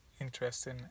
interesting